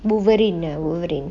wolverine ah wolverine